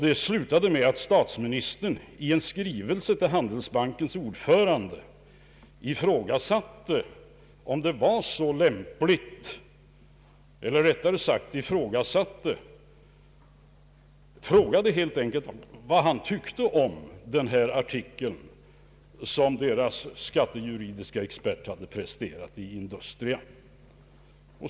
Det slutade med att statsministern i en skrivelse till Handelsbankens ordförande frågade vad han tyckte om den artikel som bankens skattejuridiske expert hade presterat i Industria.